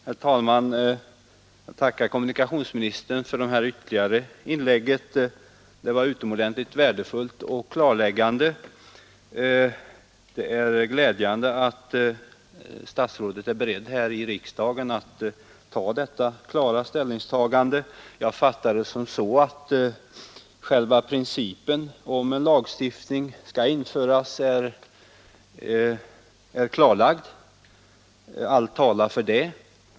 Herr talman! Jag tackar kommunikationsministern för det senaste inlägget. Det var utomordentligt värdefullt och klarläggande. Det är glädjande att statsrådet är beredd att här i riksdagen göra detta klara ställningstagande. Jag fattar det så att själva principen om att en lagstiftning skall införas är klarlagd. Allt talar för det.